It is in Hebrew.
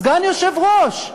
סגן יושב-ראש.